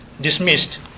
dismissed